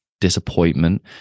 disappointment